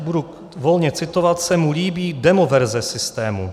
Budu volně citovat také se mu líbí demoverze systému.